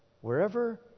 wherever